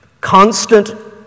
constant